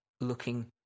looking